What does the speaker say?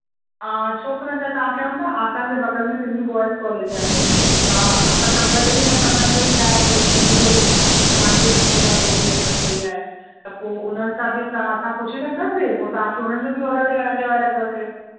हा छोकिरनि जा तव्हां खे हूंदा असांजे बगल में सिंधी बॉएस कोलेज आहे त असां सभु गॾु ई आहियूं असांजो ई आहे सभु सिंधी जो ई सिंधी समाज जो ई स्कूल आहे त पोइ उन्हनि सां बि तव्हां असां पुछी रखंदासीं पोइ तव्हां खे उन्हनि जो बि ऑर्डर ॾिया ॾिवाए रखंदासीं